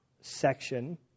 section